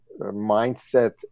mindset